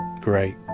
great